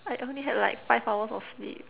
I only had like five hours of sleep